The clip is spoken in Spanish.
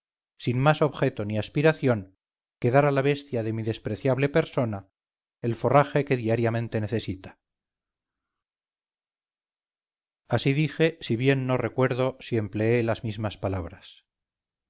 sin más objeto ni aspiración que dar a la bestia de mi despreciable persona el forraje que diariamente necesita así dije si bien no recuerdo si empleé las mismas palabras